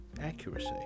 accuracy